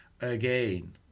again